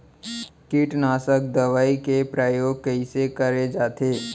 कीटनाशक दवई के प्रयोग कइसे करे जाथे?